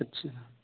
अच्छा